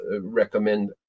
recommend